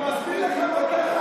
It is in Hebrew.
אני מסביר לך מה קרה.